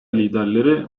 liderleri